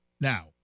Now